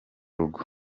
rugo